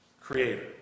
creator